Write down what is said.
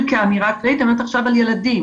כאמירה כללית, את מדברת עכשיו על ילדים.